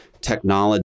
technology